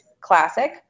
classic